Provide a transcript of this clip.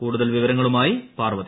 കൂടുതൽ വിവരങ്ങളുമായി പാർവതി